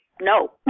no